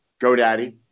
GoDaddy